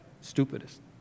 stupidest